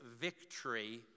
victory